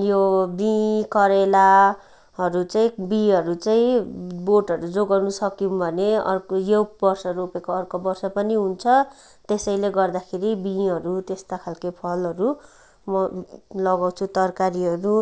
यो बीँ करेलाहरू चाहिँ बीँहरू चाहिँ बोटहरू जोगाउन सक्यौँ भने अर्को यो बर्ष रोपेको अर्को बर्ष पनि हुन्छ त्यसैले गर्दाखेरि बीँहरू त्यस्ता खालके फलहरू म लगाउँछु तरकारीहरू